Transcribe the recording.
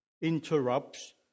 Interrupts